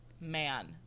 man